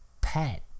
pet